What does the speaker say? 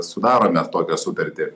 sudarome tokią sutartį